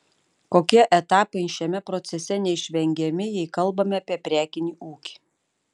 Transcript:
kokie etapai šiame procese neišvengiami jei kalbame apie prekinį ūkį